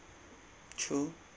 true